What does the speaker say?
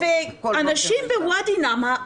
ואנשים בוואדי נעאם,